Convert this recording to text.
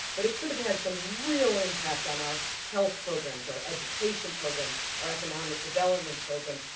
but it could have had some real impact on our health programs, our education programs, our economic development programs,